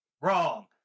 Wrong